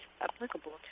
applicable